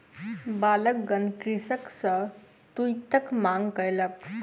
बालकगण कृषक सॅ तूईतक मांग कयलक